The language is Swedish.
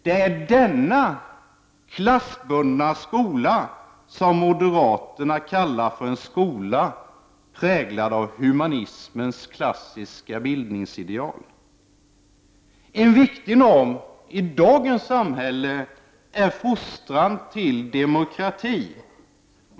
Det är denna klassbundna skola som moderaterna kallar för en skola präglad av humanismens klassiska bildningsideal. En viktig norm i dagens samhälle är fostran till demokrati.